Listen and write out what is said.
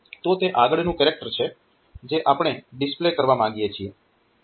તો તે આગળનું કેરેક્ટર છે જે આપણે ડિસ્પ્લે કરવા માંગીએ છીએ